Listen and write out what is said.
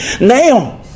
now